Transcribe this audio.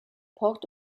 port